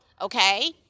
okay